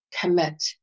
Commit